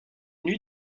nuits